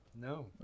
No